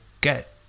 get